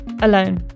alone